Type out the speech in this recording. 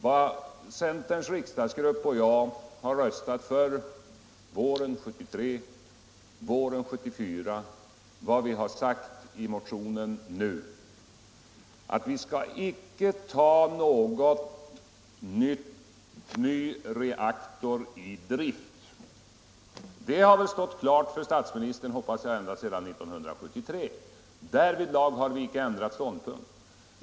Vad centerns riksdagsgrupp och jag har röstat för våren 1973 och våren 1974 och vad vi har sagt i motionen nu — att vi icke vill att någon ny reaktor tas i drift — har väl stått klart för statsministern, hoppas jag, ända sedan 1973. Därvidlag har vi icke ändrat ståndpunkt.